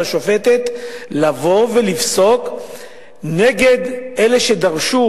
על השופטת לבוא ולפסוק נגד אלה שדרשו